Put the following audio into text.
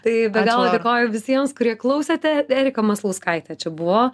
tai be galo dėkoju visiems kurie klausėte erika maslauskaitė čia buvo